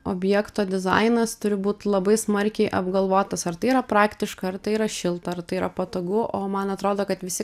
objekto dizainas turi būt labai smarkiai apgalvotas ar tai yra praktiška ar tai yra šilta ar tai yra patogu o man atrodo kad visi